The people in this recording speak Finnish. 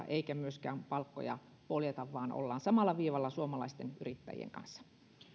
eikä myöskään palkkoja poljeta vaan ollaan samalla viivalla suomalaisten yrittäjien kanssa